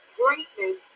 greatness